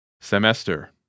semester